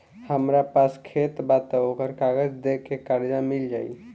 हमरा पास खेत बा त ओकर कागज दे के कर्जा मिल जाई?